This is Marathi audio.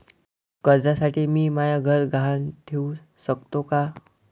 कर्जसाठी मी म्हाय घर गहान ठेवू सकतो का